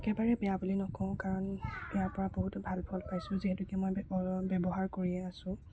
একেবাৰে বেয়া বুলি নকওঁ কাৰণ ইয়াৰ পৰা বহুতো ভাল ফল পাইছোঁ যিহেতুকে মই ব্য ব্যৱহাৰ কৰিয়ে আছোঁ